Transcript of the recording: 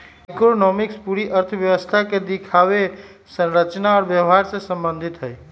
macroeconomics पूरी अर्थव्यवस्था के दिखावे, संरचना और व्यवहार से संबंधित हई